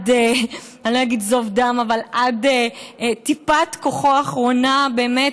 אני לא אגיד "עד זוב דם" עד טיפת כוחו האחרונה באמת